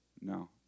no